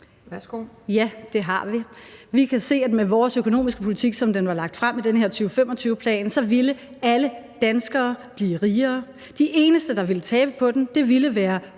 Ja, det har vi. Vi kan se, at med vores økonomiske politik, som den var lagt frem i den her 2025-plan, ville alle danskere blive rigere. De eneste, der ville tabe på den, ville være